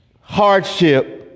hardship